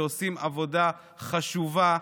שעושים עבודה חשובה,